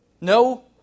No